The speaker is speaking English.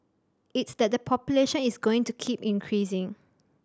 it's that the population is going to keep increasing